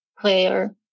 player